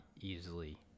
easily